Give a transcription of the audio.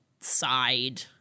side